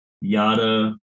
yada